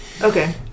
Okay